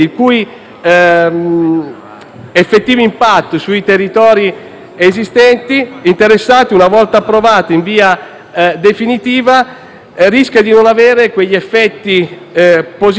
effettivo impatto sui territori esistenti interessati, una volta approvato in via definitiva, rischia di non avere quegli effetti positivi auspicabili.